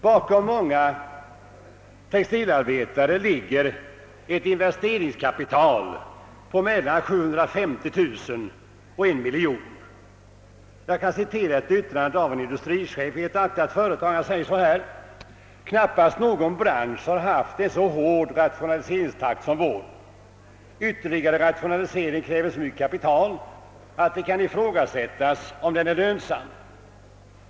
Bakom många textilarbetare ligger ett investeringskapital på 750 000— 1 000 000 kronor. Jag kan citera en industrichef i ett aktat företag i Borås. Han säger: »Knappast någon bransch har haft en så hård rationaliseringstakt som vår. Ytterligare rationalisering kräver så mycket kapital, att det kan ifrågasättas om den är lönsam.